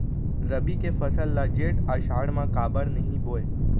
रबि के फसल ल जेठ आषाढ़ म काबर नही बोए?